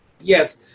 Yes